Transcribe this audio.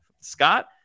scott